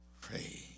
pray